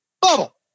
bubble